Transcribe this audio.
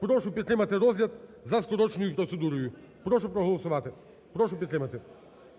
Прошу підтримати розгляд за скороченою процедурою. Прошу проголосувати, прошу підтримати.